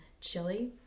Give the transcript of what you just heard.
chili